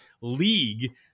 league